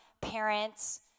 parents